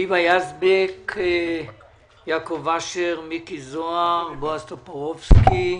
היבה יזבק, יעקב אשר, מיקי זוהר, בועז טופורובסקי.